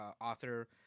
author